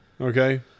Okay